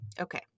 Okay